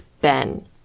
Ben